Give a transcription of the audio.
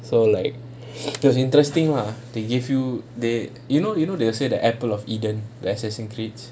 so like it's interesting ah they give you they you know you know they say the apple of eden the assassin cleats